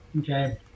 Okay